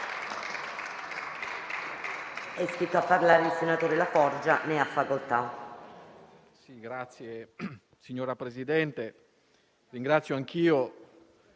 Grazie